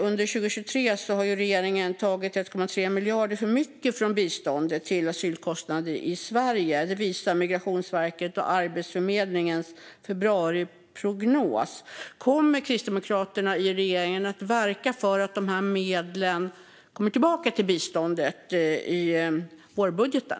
Under 2023 har regeringen tagit 1,3 miljarder för mycket från biståndet till att asylkostnader i Sverige. Det visar Migrationsverkets och Arbetsförmedlingens februariprognos. Kommer Kristdemokraterna i regeringen att verka för att de medlen kommer tillbaka till biståndet i vårbudgeten?